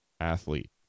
athlete